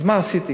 אז מה כן עשיתי?